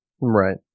Right